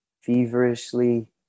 feverishly